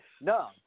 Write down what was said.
No